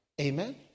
amen